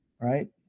right